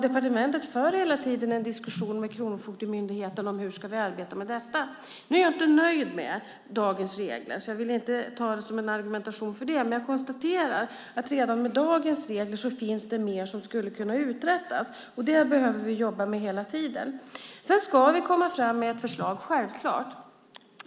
Departementet för hela tiden en diskussion med Kronofogdemyndigheten om hur vi ska arbeta med detta. Jag är inte nöjd med dagens regler, så jag vill inte ta det som en argumentation för det. Men jag konstaterar att redan med dagens regler finns det mer som skulle kunna uträttas. Det behöver vi jobba med hela tiden. Vi ska komma fram med ett förslag, självklart.